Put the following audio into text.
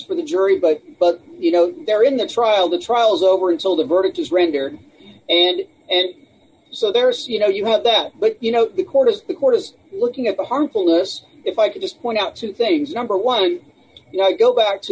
for the jury but but you know they're in the trial the trials over and so the verdict is rendered and and so there are you know you have that but you know the court of the court was looking at the harmfulness if i could just point out two things number one you know you go back to